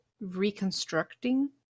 reconstructing